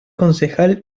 concejal